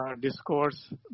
Discourse